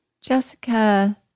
Jessica